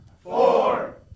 Four